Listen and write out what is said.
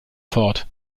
fort